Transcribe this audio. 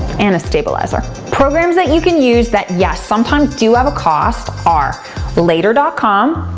and a stabilizer. programs that you can use, that yes, sometimes do have a cost, are later ah com,